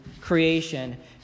creation